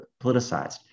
politicized